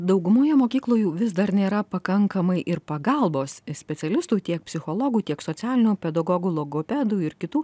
daugumoje mokyklų jų vis dar nėra pakankamai ir pagalbos specialistų tiek psichologų tiek socialinių pedagogų logopedų ir kitų